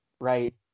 Right